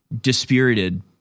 dispirited